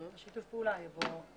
יבוא שיתוף פעולה ביחד.